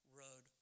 road